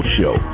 show